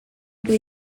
lui